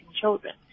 children